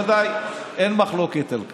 בוודאי אין מחלוקת על כך.